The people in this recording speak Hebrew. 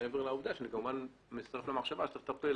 מעבר לעובדה שזה מצטרף למחשבה שצריך לטפל